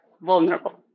vulnerable